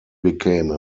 became